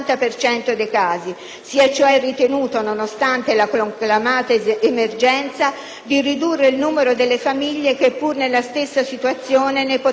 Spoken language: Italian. si è cioè ritenuto, nonostante la conclamata emergenza, di ridurre il numero delle famiglie che, pur nella stessa situazione, ne potessero beneficiare.